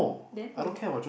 then who